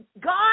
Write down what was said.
God